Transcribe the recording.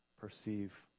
perceive